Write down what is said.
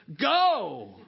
go